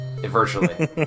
virtually